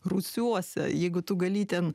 rūsiuose jeigu tu gali ten